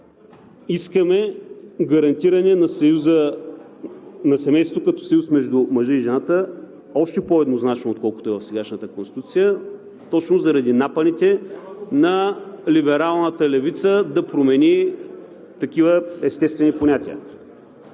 искаме гарантиране на семейството като съюз между мъжа и жената още по-еднозначно, отколкото е в сегашната Конституция точно заради напъните на либералната левица да промени такива естествени понятия.